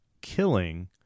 killing